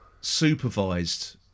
supervised